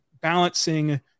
balancing